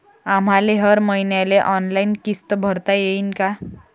आम्हाले हर मईन्याले ऑनलाईन किस्त भरता येईन का?